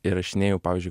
įrašinėju pavyzdžiui